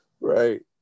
right